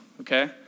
okay